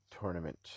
tournament